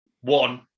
one